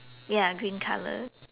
ya green colour